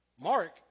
Mark